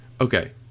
Okay